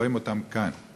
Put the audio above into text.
רואים אותם כאן.